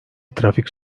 trafik